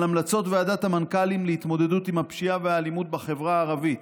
על המלצות ועדת המנכ"לים להתמודדות עם הפשיעה והאלימות בחברה הערבית,